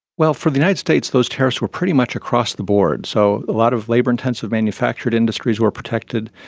well, for the united states those tariffs were pretty much across the board, so a lot of labour-intensive manufactured industries were protected,